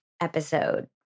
episode